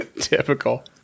Typical